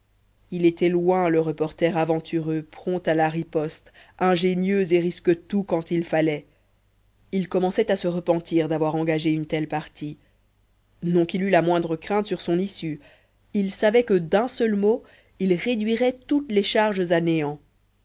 il était loin le reporter aventureux prompt à la riposte ingénieux et risque tout quand il fallait il commençait à se repentir d'avoir engagé une telle partie non qu'il eût la moindre crainte sur son issue il savait que d'un seul mot il réduirait toutes les charges